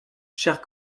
cher